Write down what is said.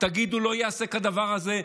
תגידו: לא ייעשה כדבר הזה,